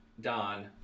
Don